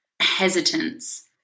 Hesitance